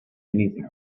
anything